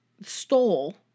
stole